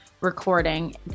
recording